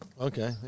Okay